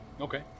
Okay